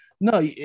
no